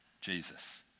Jesus